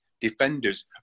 defenders